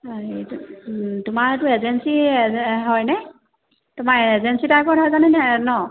হেৰি তোমাৰ এইটো এজেঞ্চি এ হয়নে তোমাৰ এজেঞ্চি টাইপত হয় জানে নহ্